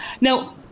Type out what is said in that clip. Now